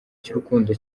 cy’urukundo